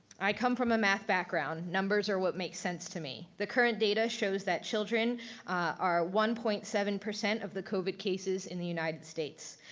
i come from a math background. numbers are what makes sense to me. the current data shows that children are one point seven of the covid cases in the united states,